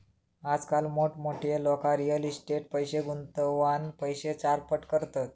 आजकाल मोठमोठी लोका रियल इस्टेटीट पैशे गुंतवान पैशे चारपट करतत